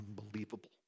unbelievable